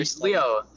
Leo